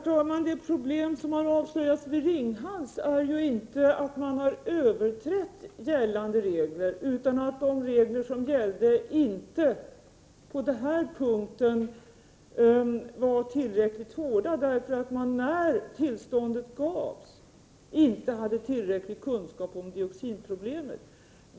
Herr talman! Det problem som har avslöjats vid Ringhals består inte i att man har överträtt gällande regler utan att de regler som gällde inte var tillräckligt hårda på denna punkt, därför att man när tillståndet gavs inte hade tillräcklig kunskap om dioxinproblemet.